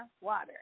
water